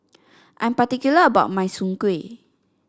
I'm particular about my Soon Kway